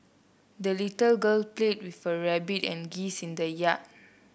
the little girl played with her rabbit and geese in the yard